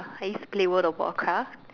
I used to play world-of-warcraft